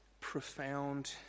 profound